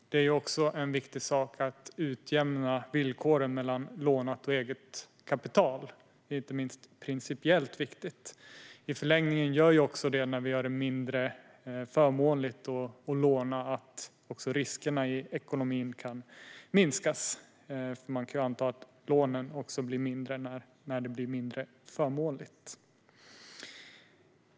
Det är också en viktig sak att utjämna villkoren mellan lånat och eget kapital; inte minst är det principiellt viktigt. I förlängningen kan också riskerna i ekonomin minskas när vi gör det mindre förmånligt att låna. Man kan ju anta att lånen blir mindre när det blir mindre förmånligt.